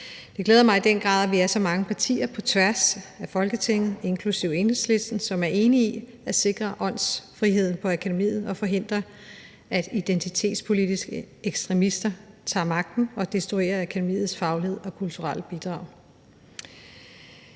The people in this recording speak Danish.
Det glæder mig i den grad, at vi er så mange partier på tværs af Folketinget, inklusive Enhedslisten, som er enige i at sikre åndsfriheden på Kunstakademiet og forhindre, at identitetspolitiske ekstremister tager magten og destruerer akademiets faglighed og kulturelle bidrag.